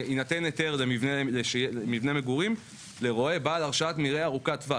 שיינתן היתר למבנה מגורים לרועה בעל הרשאת מרעה ארוכת טווח.